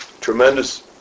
tremendous